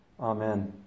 Amen